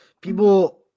people